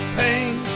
pain